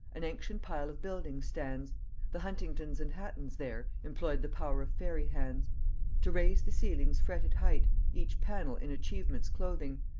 an ancient pile of building stands the huntingdons and hattons there employed the power of fairy hands to raise the ceiling's fretted height, each pannel in achievements clothing,